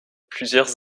plusieurs